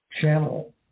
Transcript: channel